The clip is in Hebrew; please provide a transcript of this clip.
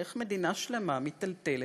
איך מדינה שלמה מיטלטלת,